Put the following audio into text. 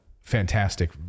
fantastic